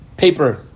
paper